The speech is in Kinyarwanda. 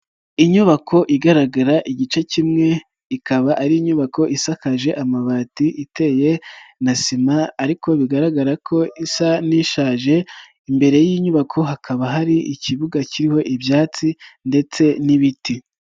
Inyubako igaragara igice kimwe ikaba ari inyubako isakaje amabati iteye na sima ariko bigaragara ko isa n'ishaje, imbere y'iyi nyubako hakaba hari ikibuga kiriho ibyatsi ndetse n'ibiti.